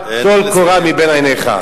"טול קורה מבין עיניך".